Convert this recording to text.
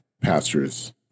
pastors